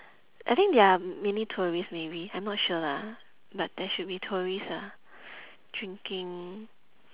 I think there are many tourists maybe I'm not sure lah but there should be tourists ah drinking